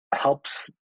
helps